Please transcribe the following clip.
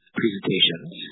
presentations